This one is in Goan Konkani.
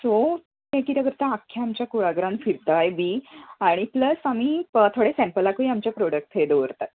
सो ते कितें करता आख्या आमच्या कुळागरान फिरताय बी आनी प्लस आमी थोडे सेंपलाकूय आमचे प्रोडक्ट्स थंय दवरतात